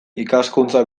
ikaskuntza